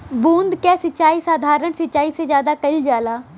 बूंद क सिचाई साधारण सिचाई से ज्यादा कईल जाला